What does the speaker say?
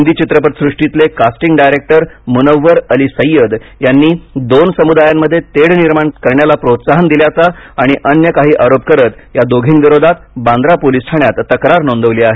हिंदी चित्रपटसृष्टीतले casting director Munawwar Ali Sayyed यांनी दोन समुदायांमध्ये तेढ निर्माण करण्याला प्रोत्साहन दिल्याचा आणि अन्य काही आरोप करत या दोघींविरोधात बांद्रा पोलिस ठाण्यात तक्रार नोंदवली आहे